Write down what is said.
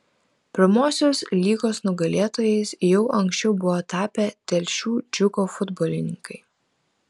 pirmosios lygos nugalėtojais jau anksčiau buvo tapę telšių džiugo futbolininkai